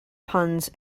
puns